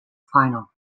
final